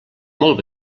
molt